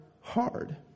hard